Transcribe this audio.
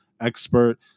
expert